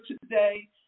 today